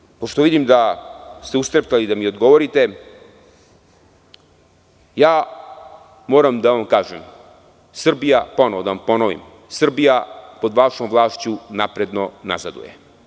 Na kraju, pošto vidim da ste ustreptali da mi odgovorite, moram da vam kažem, da vam ponovim, Srbija pod vašom vlašću napredno nazaduje.